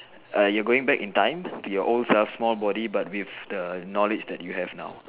err you going back in time to your old self small body but with the knowledge that you have now